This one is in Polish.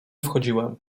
wchodziłem